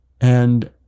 And-